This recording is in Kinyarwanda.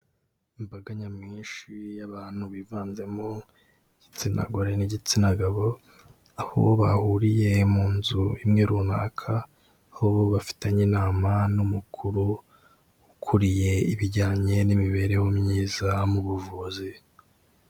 Imbaga nyamwinshi y'abantu bivanzemo igitsina gore n'igitsina gabo, aho bahuriye mu nzu imwe runaka, aho bo bafitanye inama n'umukuru, ukuriye ibijyanye n'imibereho myiza mu buvuzi.